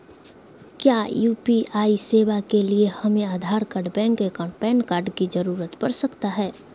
क्या यू.पी.आई सेवाएं के लिए हमें Aadhaar card bank account PAN card की जरूरत पड़ सकता है?